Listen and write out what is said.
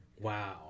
wow